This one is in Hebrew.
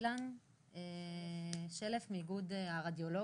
אילן שלף מאיגוד הרדיולוגים,